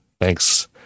thanks